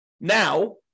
now